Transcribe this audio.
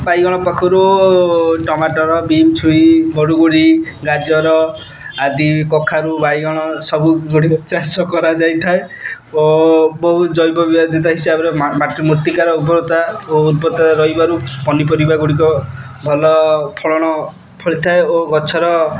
ବାଇଗଣ ପାଖରୁ ଟମାଟର ବିମ୍ ଛୁଇଁ ବଡ଼ୁଗୁଡ଼ି ଗାଜର ଆଦି କଖାରୁ ବାଇଗଣ ସବୁ ଗୁଡ଼ିକ ଚାଷ କରାଯାଇଥାଏ ଓ ବହୁ ଜୈବବିଭାଜିତ ହିସାବରେ ମାଟି ମୂର୍ତ୍ତିକାର ଉର୍ବରତା ଓ ଉତ୍ପତ୍ତା ରହିବାରୁ ପନିପରିବା ଗୁଡ଼ିକ ଭଲ ଫଳଣ ଫଳିଥାଏ ଓ ଗଛର